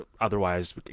otherwise